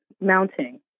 mounting